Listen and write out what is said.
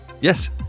Yes